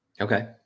Okay